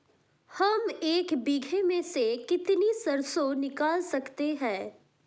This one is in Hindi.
हम एक बीघे में से कितनी सरसों निकाल सकते हैं?